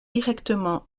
directement